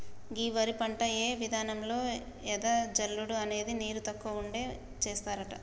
గీ వరి పంట యేసే విధానంలో ఎద జల్లుడు అనేది నీరు తక్కువ ఉంటే సేస్తారట